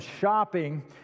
shopping